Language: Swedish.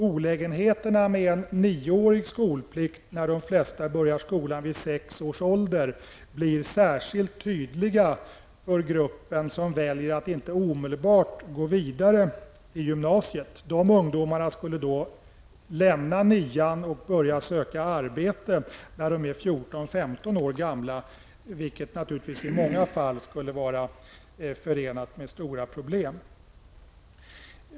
Olägenheterna med en nioårig skolplikt när de flesta börjar skolan vid sex års ålder blir särskilt tydliga för den grupp som väljer att inte omedelbart gå vidare till gymnasiet. De ungdomarna skulle då lämna nian och börja söka arbete när de är 14--15 år gamla, vilket naturligtvis i många fall skulle vara förenat med stora problem.